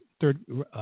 third